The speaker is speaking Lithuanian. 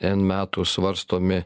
en metų svarstomi